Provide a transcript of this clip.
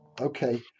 Okay